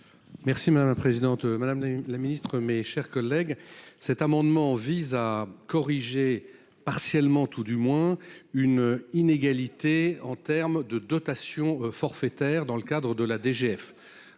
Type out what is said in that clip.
Merci madame la présidente, Madame la Ministre, mes chers collègues, cet amendement vise à corriger partiellement, tout du moins une inégalité en termes de dotations forfaitaires, dans le cadre de la DGF,